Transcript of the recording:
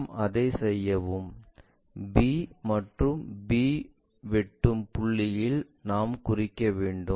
நாம் அதை செய்யும்போது b புள்ளி b வெட்டும் புள்ளியில் நாம் குறிக்க வேண்டும்